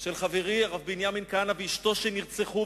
של חברי הרב בנימין כהנא ואשתו שנרצחו,